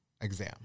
exam